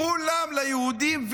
כולם ליהודים,